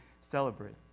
celebrate